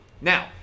Now